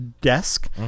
desk